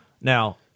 Now